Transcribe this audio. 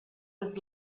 was